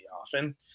often